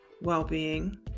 well-being